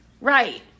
Right